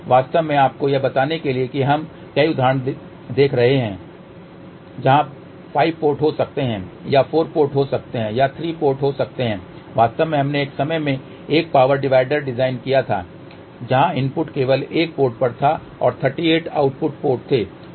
वास्तव में आपको यह बताने के लिए कि हम कई उदाहरण देख रहे हैं जहाँ 5 पोर्ट हो सकते हैं या 4 पोर्ट हो सकते हैं या 3 पोर्ट हो सकते हैं वास्तव में हमने एक समय में एक पावर डिवाइडर डिजाइन किया था जहां इनपुट केवल एक पोर्ट था और 38 आउटपुट पोर्ट थे